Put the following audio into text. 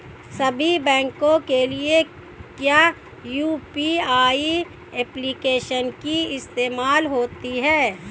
सभी बैंकों के लिए क्या यू.पी.आई एप्लिकेशन ही इस्तेमाल होती है?